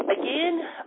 again